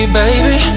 baby